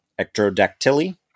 Ectrodactyly